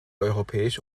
europäische